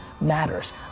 matters